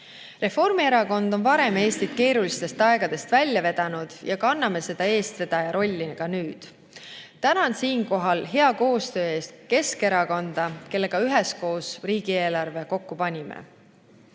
Reformierakond on varem Eestit keerulistest aegadest välja vedanud ja kanname seda eestvedaja rolli ka nüüd. Tänan siinkohal hea koostöö eest Keskerakonda, kellega üheskoos riigieelarve kokku panime.